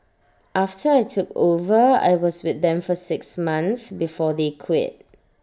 after I took over I was with them for six months before they quit